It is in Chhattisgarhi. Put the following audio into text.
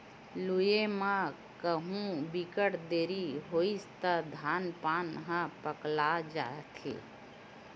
लूए म कहु बिकट देरी होइस त धान पान ह पकला जाथे